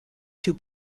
two